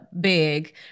big